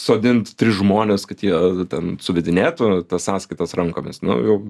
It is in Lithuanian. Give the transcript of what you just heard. sodint tris žmones kad jie ten suvedinėtų tas sąskaitas rankomis nu jau